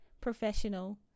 professional